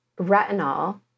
retinol